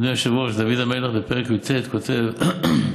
אדוני היושב-ראש, דוד המלך כותב בפרק י"ט: